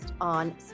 on